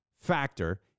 factor